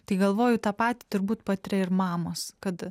tai galvoju tą patį turbūt patiria ir mamos kad